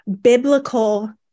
biblical